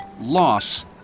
loss